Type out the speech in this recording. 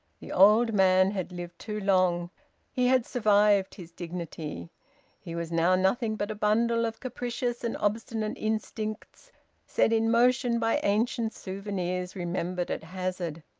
the old man had lived too long he had survived his dignity he was now nothing but a bundle of capricious and obstinate instincts set in motion by ancient souvenirs remembered at hazard.